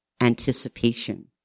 anticipation